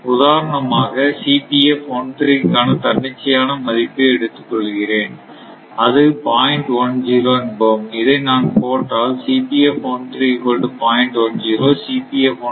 உதாரணமாக காக ஒரு தன்னிச்சையான மதிப்பை எடுத்துக்கொள்கிறேன்